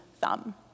thumb